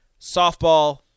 softball